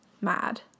mad